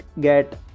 get